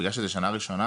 בגלל שזו שנה ראשונה,